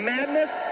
Madness